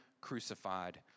crucified